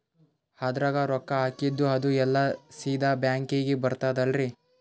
ಅದ್ರಗ ರೊಕ್ಕ ಹಾಕಿದ್ದು ಅದು ಎಲ್ಲಾ ಸೀದಾ ಬ್ಯಾಂಕಿಗಿ ಬರ್ತದಲ್ರಿ?